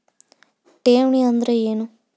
ಠೇವಣಿ ಅಂದ್ರೇನು?